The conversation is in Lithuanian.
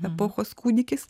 epochos kūdikis